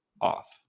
off